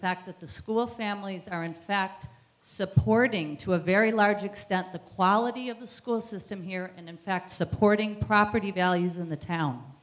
fact that the school families are in fact supporting to a very large extent the quality of the school system here and in fact supporting property values in the town